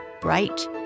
bright